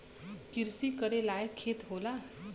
किरसी करे लायक खेत होला